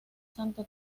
santa